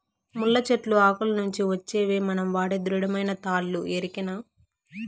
ముళ్ళ చెట్లు ఆకుల నుంచి వచ్చేవే మనం వాడే దృఢమైన తాళ్ళు ఎరికనా